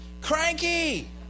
Cranky